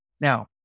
Now